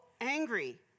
angry